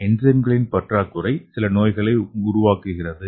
என்சைம்களின் பற்றாக்குறை சில நோய்களை உருவாக்குகிறது